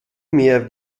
mehr